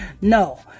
No